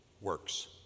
works